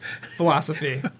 philosophy